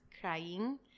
crying